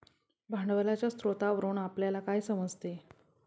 भांडवलाच्या स्रोतावरून आपल्याला काय समजते?